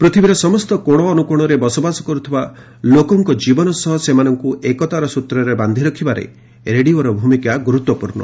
ପୂଥିବୀର ସମସ୍ତ କୋଣ ଅନୁକୋଶରେ ବସବାସ କରୁଥିବା ଲୋକଙ୍କ ଜୀବନ ସହ ସେମାନଙ୍କୁ ଏକତାର ସୂତ୍ରରେ ବାନ୍ଧି ରଖିବାରେ ରେଡିଓର ଭୂମିକା ଗୁରୁତ୍ୱପୂର୍ଣ୍ଣ